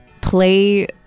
play